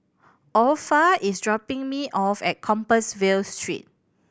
Orpha is dropping me off at Compassvale Street